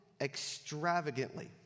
extravagantly